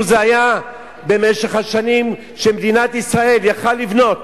היה במשך השנים שמדינת ישראל היתה יכולה לבנות